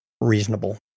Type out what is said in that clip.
reasonable